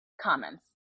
comments